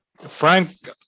Frank